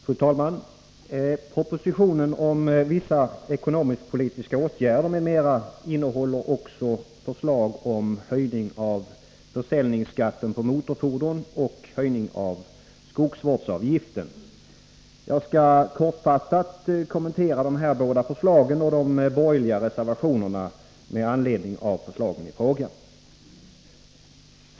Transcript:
Fru talman! Propositionen om vissa ekonomisk-politiska åtgärder m.m. innehåller också förslag om höjning av försäljningsskatten på motorfordon och höjning av skogsvårdsavgiften. Jag skall kortfattat kommentera dessa båda förslag och de borgerliga reservationerna med anledning av förslagen i fråga.